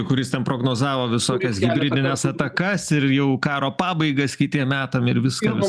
kuris ten prognozavo visokias hibridines atakas ir jau karo pabaigas kitiem metam ir viską vis